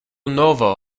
novo